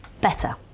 better